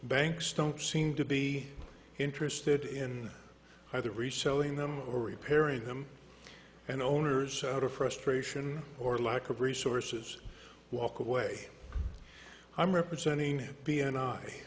banks don't seem to be interested in either reselling them or repairing them and owners out of frustration or lack of resources walk away i'm representing b an